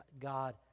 God